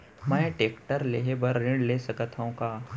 मैं टेकटर लेहे बर ऋण ले सकत हो का?